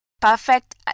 perfect